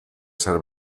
ser